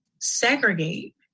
segregate